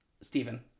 Stephen